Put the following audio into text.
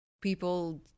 People